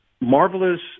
marvelous